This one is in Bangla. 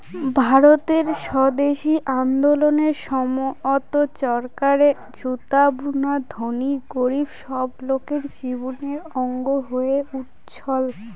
ভারতের স্বদেশি আন্দোলনের সময়ত চরকারে সুতা বুনা ধনী গরীব সব লোকের জীবনের অঙ্গ হয়ে উঠছল